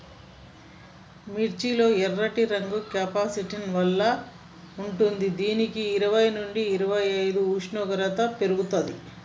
మిర్చి లో ఎర్రటి రంగు క్యాంప్సాంటిన్ వల్ల వుంటది గిది ఇరవై నుండి ఇరవైఐదు ఉష్ణోగ్రతలో పెర్గుతది